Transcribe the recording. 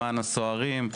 למען הסוהרים,